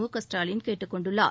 முகஸ்டாலின் கேட்டுக் கொண்டுள்ளார்